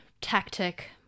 tactic